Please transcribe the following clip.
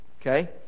Okay